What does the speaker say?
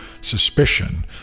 suspicion